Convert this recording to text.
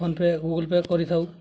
phone pay Google Pay କରିଥାଉ